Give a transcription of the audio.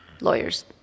lawyers